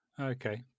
Okay